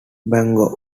bangor